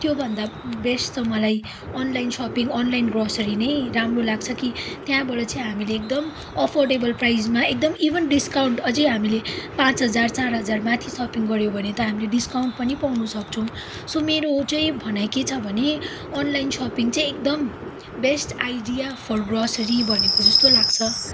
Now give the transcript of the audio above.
त्योभन्दा बेस्ट त मलाई अनलाइन सपिङ अनलाइन ग्रोसरी नै राम्रो लाग्छ कि त्यहाँबाट चाहिँ हामीले एकदम अफोर्डेबल प्राइसमा एकदम इभन डिस्काउन्ट अझै हामीले पाँच हजार चार हजारमाथि सपिङ गर्यौँ भने त हामीले डिस्काउन्ट पनि पाउनसक्छौँ सो मेरो चाहिँ भनाइ के छ भने अनलाइन सपिङ चाहिँ एकदम बेस्ट आइडिया फर ग्रोसरी भनेको जस्तो लाग्छ